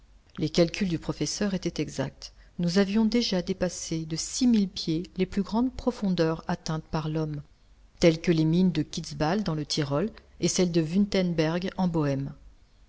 les calculs du professeur étaient exacts nous avions déjà dépassé de six mille pieds les plus grandes profondeurs atteintes par l'homme telles que les mines de kitz bahl dans le tyrol et celles de wuttemberg en bohème